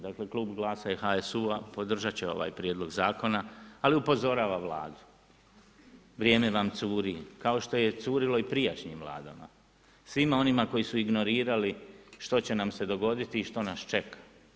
Dakle klub GLAS-a i HSU-a podržat će ovaj prijedlog zakona, ali upozorava Vladu, vrijeme vam curi, kao što je curilo i prijašnjim Vladama, svima onima koji su ignorirali što će nam se dogoditi i što nas čeka.